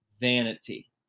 vanity